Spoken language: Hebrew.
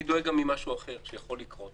אני דואג גם ממשהו אחר שיכול לקרות.